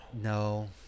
no